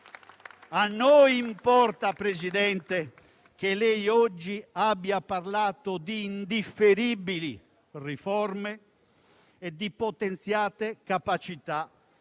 A noi importa, Presidente, che lei oggi abbia parlato di indifferibili riforme e di potenziate capacità